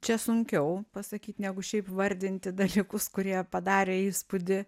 čia sunkiau pasakyt negu šiaip vardinti dalykus kurie padarė įspūdį